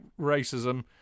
racism